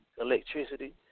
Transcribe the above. electricity